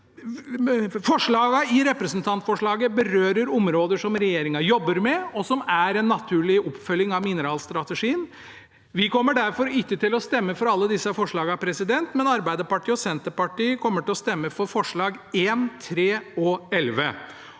Forslagene i representantforslaget berører områder som regjeringen jobber med, og som er en naturlig oppfølging av mineralstrategien. Vi kommer derfor ikke til å stemme for alle disse forslagene, men Arbeiderpartiet og Senterpartiet kommer til å stemme for forslagene nr. 1, 3 og 11.